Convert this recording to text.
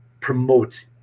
promote